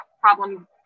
problem